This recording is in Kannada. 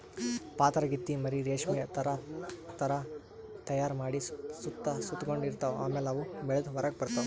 ಪಾತರಗಿತ್ತಿ ಮರಿ ರೇಶ್ಮಿ ಥರಾ ಧಾರಾ ತೈಯಾರ್ ಮಾಡಿ ಸುತ್ತ ಸುತಗೊಂಡ ಇರ್ತವ್ ಆಮ್ಯಾಲ ಅವು ಬೆಳದ್ ಹೊರಗ್ ಬರ್ತವ್